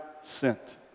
sent